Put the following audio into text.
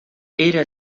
era